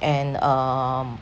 and um